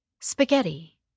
Spaghetti